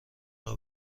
راه